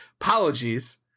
apologies